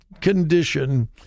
condition